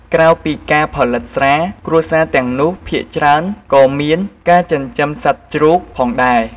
ក្រៅពីការផលិតស្រា គ្រួសារទាំងនោះភាគច្រើនក៏មានការចិញ្ចឹមសត្វជ្រូកផងដែរ។